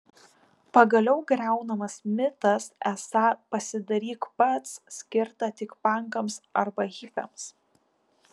pagaliau griaunamas mitas esą pasidaryk pats skirta tik pankams arba hipiams